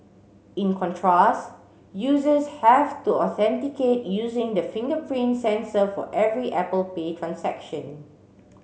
in contrast users have to authenticate using the fingerprint sensor for every Apple Pay transaction